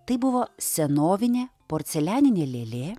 tai buvo senovinė porcelianinė lėlė